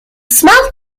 small